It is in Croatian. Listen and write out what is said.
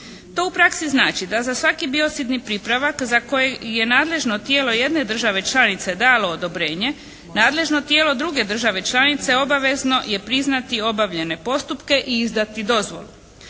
To u praksi znači da za svaki biocidni pripravak za koje je nadležno tijelo jedne države članice dalo odobrenje nadležno tijelo druge države članice je obavezno priznati obavljene postupke i izdati dozvolu.